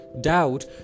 doubt